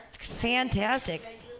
Fantastic